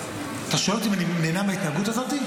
אתה שואל אותי אם אני נהנה מההתנהגות הזאת?